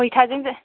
मैथाजों जा